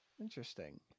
Interesting